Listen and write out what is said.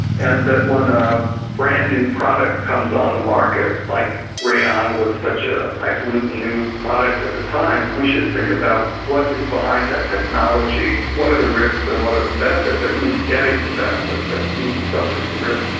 and that when a brand-new product comes on the market like rayon with such a highfalutin new product at the time, we should think about what is behind that technology what are the risks and what are the benefits and who is getting the benefit but and who suffers the risk.